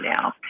now